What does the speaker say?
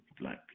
black